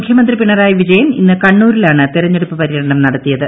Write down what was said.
മുഖ്യമന്ത്രി പിണറായി വിജയൻ ഇന്ന് ക്ണ്ണൂരിലാണ് തെരഞ്ഞെടുപ്പ് പര്യടനം നടത്തിയത്